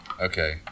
Okay